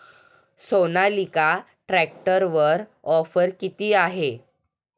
सोनालिका ट्रॅक्टरवर ऑफर किती आहे?